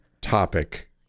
topic